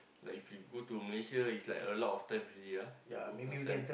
like if you go to Malaysia is like a lot of times already ah you go last time